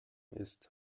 ist